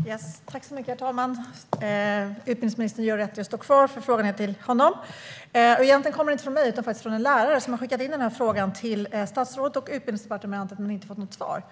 Herr talman! Utbildningsministern gör rätt i att stå kvar. Min fråga är nämligen till honom. Frågan kommer egentligen inte från mig utan från en lärare som har skickat den till statsrådet och Utbildningsdepartementet men inte fått något svar.